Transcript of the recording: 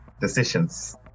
decisions